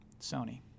Sony